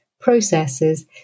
processes